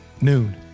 noon